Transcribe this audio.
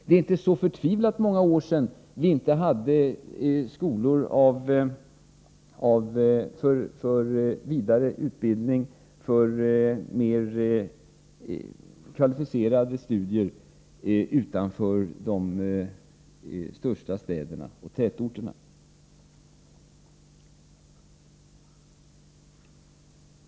Det är inte så förtvivlat många år sedan vi inte hade skolor för mer kvalificerade studier utanför de största städerna och tätorterna.